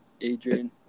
Adrian